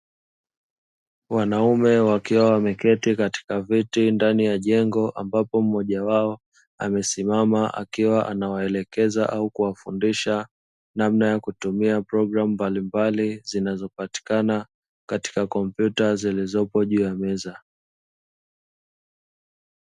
Wanaume wakiwa wameketi katika viti ndani ya jengo, ambapo mmoja wao amesimama akiwa anawaelekeza au kuwafundisha namna ya kutumia programu mbalimbali zinazopatikana katika kompyuta zilizopo juu ya meza.